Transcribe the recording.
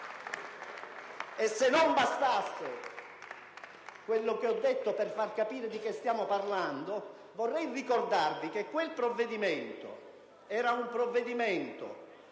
E se non bastasse quel che ho detto per far capire di cosa stiamo parlando, vorrei ricordarvi che quel provvedimento, sotto